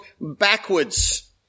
backwards